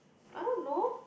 I don't know